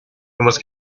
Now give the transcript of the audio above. was